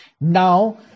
Now